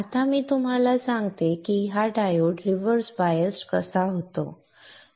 आता मी आपल्याला सांगतो की हा डायोड रिव्हर्स बायस्ड कसा होतो